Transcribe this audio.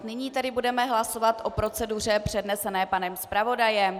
Nyní tedy budeme hlasovat o proceduře přednesené panem zpravodajem.